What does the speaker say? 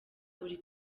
uri